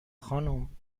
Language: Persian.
خانم